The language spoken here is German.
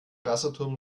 wasserturm